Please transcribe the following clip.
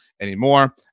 anymore